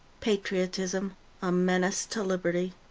patriotism a menace to liberty